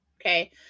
Okay